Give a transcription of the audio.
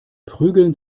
prügeln